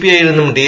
I യിൽ നിന്നും D